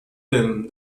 him